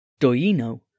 Doino